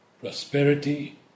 prosperity